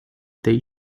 they